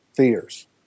Fears